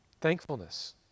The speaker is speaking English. thankfulness